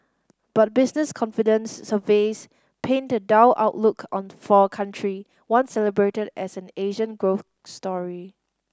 but business confidence surveys paint a dull outlook on for a country once celebrated as an Asian growth story